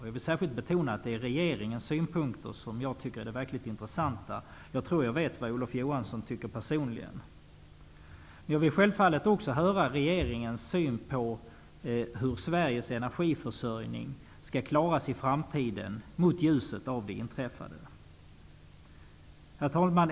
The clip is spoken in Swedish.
Jag vill särskilt betona att det är regeringens synpunkter som jag tycker är intressanta. Jag tror att jag vet vad Olof Johansson tycker personligen. Jag vill självfallet också höra regeringens syn på hur Sveriges energiförsörjning skall klaras i framtiden i ljuset av det inträffade. Herr talman!